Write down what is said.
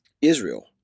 Israel